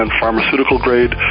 pharmaceutical-grade